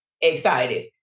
excited